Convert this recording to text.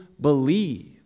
believe